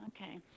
Okay